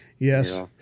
Yes